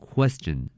Question